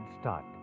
start